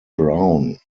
brown